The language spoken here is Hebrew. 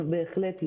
בהחלט לא,